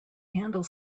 handle